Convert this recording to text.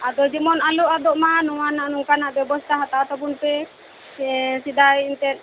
ᱟᱫᱚ ᱡᱮᱢᱚᱱ ᱟᱞᱚ ᱟᱫᱚᱜ ᱢᱟ ᱱᱚᱣᱟᱱᱟ ᱱᱚᱝᱠᱟᱱᱟᱜ ᱵᱮᱵᱚᱥᱛᱷᱟ ᱦᱟᱛᱟᱣ ᱛᱟᱵᱚᱱ ᱯᱮ ᱥᱮ ᱥᱮᱫᱟᱭ ᱮᱱᱛᱮᱫ